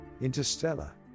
interstellar